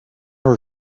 her